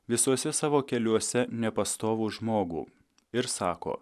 visose savo keliuose nepastovų žmogų ir sako